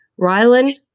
Rylan